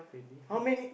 how many